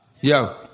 Yo